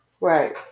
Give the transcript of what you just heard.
right